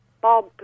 Bob